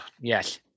Yes